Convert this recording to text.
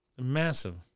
massive